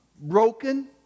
broken